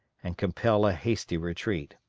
and compel a hasty retreat.